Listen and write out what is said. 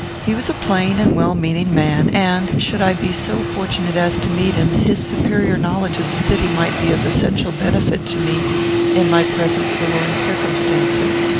he was a plain and well-meaning man, and, should i be so fortunate as to meet him, his superior knowledge of the city might be of essential benefit to me in my present forlorn circumstances.